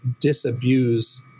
disabuse